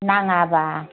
नाङाबा